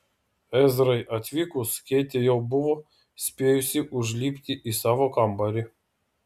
ezrai atvykus keitė jau buvo spėjusi užlipti į savo kambarį